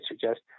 suggest